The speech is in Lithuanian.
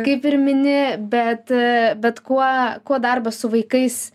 kaip ir mini bet bet kuo kuo darbas su vaikais